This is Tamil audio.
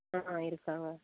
ஆ இருக்காங்க